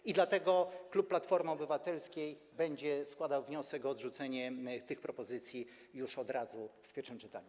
I dlatego klub Platforma Obywatelska będzie składał wniosek o odrzucenie tych propozycji już od razu, w pierwszym czytaniu.